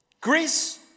Greece